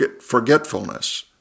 forgetfulness